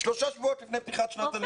שלושה שבועות לפני שנת הלימודים.